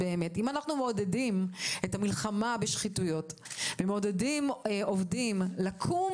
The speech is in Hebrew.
אם אנחנו מעודדים את המלחמה בשחיתויות ומעודדים עובדים לקום